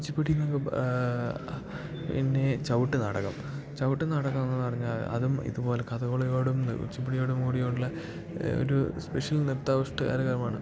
കുച്ചുപ്പിടീനൊക്കെ പിന്നെ ചവിട്ട് നാടകം ചവിട്ട് നാടകം എന്ന് പറഞ്ഞാൽ അതും ഇതുപോലെ കഥകളിയോടും കുച്ചുപ്പിടിയോടും കൂടിയുള്ള ഒരു സ്പെഷ്യൽ നൃത്താവിഷ്കാരമാണ്